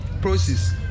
process